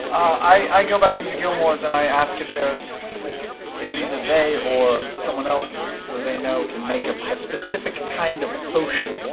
i go back into gilmore's and i ask if there's if either they or someone else they know can make a ah specific kind of potion.